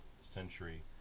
Century